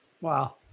wow